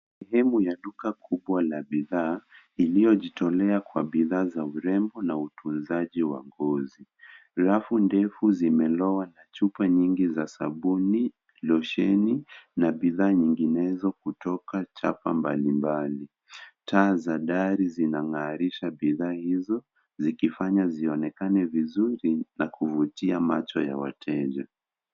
Sehemu ya duka la bidhaa iliojitolea kwa bidhaa za urembo na utunzaji wa ngozi.. Rafu ndefu zimeloa, chupa nyingi za sabuni, losheni na bidhaa nyinginezo kutoka chapa mbalimbali. Taa za dari zinang'arisha bidhaa hizo zikifaya zionekane vizuri na kuvutia macho ya wateja.